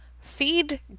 Feed